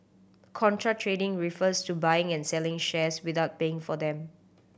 contra trading refers to buying and selling shares without paying for them